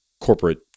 corporate